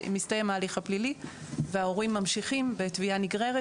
מסתיים ההליך הפלילי וההורים ממשיכים בתביעה נגררת